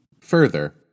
Further